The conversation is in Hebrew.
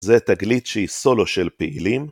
זה תגלית שהיא סולו של פעילים.